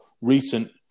recent